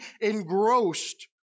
engrossed